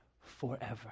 forever